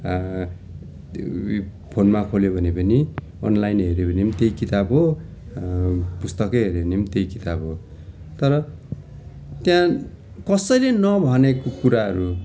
त्यो फोनमा खोल्यौँ भने पनि अनलाइन हेऱ्यौँ भने त्यही किताब हो पुस्तककै हेऱ्यौँ भने त्यही किताब हो तर त्यहाँ कसैले नभनेको कुराहरू